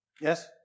Yes